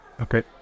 Okay